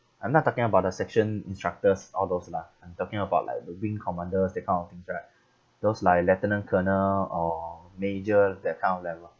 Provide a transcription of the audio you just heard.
I'm not talking about the section instructors all those lah I'm talking about like the wing commanders that kind of things right those like lieutenant colonel or major that kind of level